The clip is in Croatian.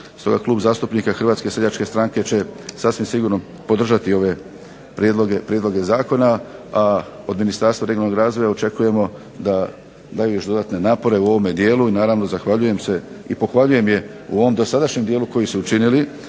Stoga Klub zastupnika Hrvatske seljačke stranke će sasvim sigurno podržati ove prijedloge zakona, a od Ministarstva regionalnog razvoja očekujemo da daju još dodatne napore u ovome dijelu i naravno zahvaljujem se i pohvaljujem je u ovom dosadašnjem dijelu koji su učinili